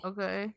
Okay